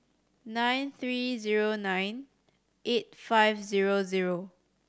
nine three zero nine eight five zero zero